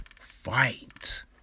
fight